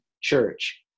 church